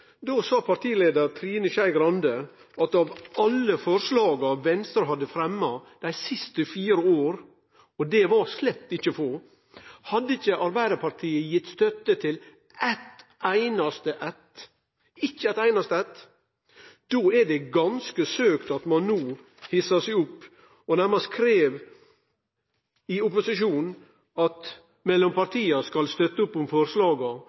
Då sa partileiar Trine Skei Grande at av alle forslaga Venstre hadde fremja dei siste fire åra – og det var slett ikkje få – hadde ikkje Arbeidarpartiet gitt støtte til eitt einaste eitt. Då er det ganske søkt at ein no hissar seg opp og nærmast krev, i opposisjon, at mellompartia skal støtte opp om forslaga